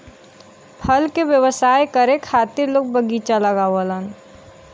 फल के व्यवसाय करे खातिर लोग बगीचा लगावलन